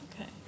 Okay